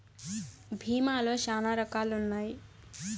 భీమా లో శ్యానా రకాలు ఉన్నాయి